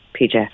PJ